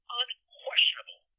unquestionable